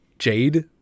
Jade